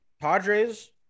Padres